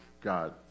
God